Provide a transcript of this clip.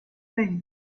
thing